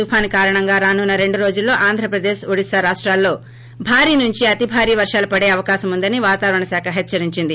తుపాను కారణంగా రానున్న రెండు రోజుల్లో ఆంధ్రప్రదేశ్ ఒడిశా రాష్టాల్లో భారీ నుంచి అతి భారీ వర్షాలు పడే అవకాశముందని వాతావరణ శాఖ హెచ్చరించింది